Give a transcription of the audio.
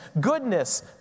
goodness